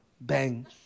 Bang